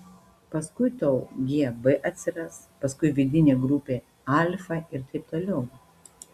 paskui tau gb atsiras paskui vidinė grupė alfa ir taip toliau